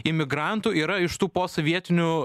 imigrantų yra iš tų posovietinių